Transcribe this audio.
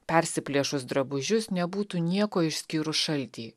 persiplėšus drabužius nebūtų nieko išskyrus šaltį